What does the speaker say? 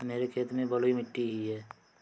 मेरे खेत में बलुई मिट्टी ही है